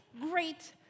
great